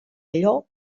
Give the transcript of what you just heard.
allò